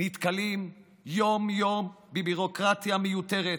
נתקלים יום-יום בביורוקרטיה מיותרת,